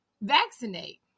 vaccinate